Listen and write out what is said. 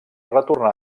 retornar